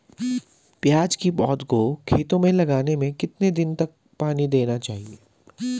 प्याज़ की पौध को खेतों में लगाने में कितने दिन तक पानी देना चाहिए?